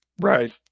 right